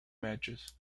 matches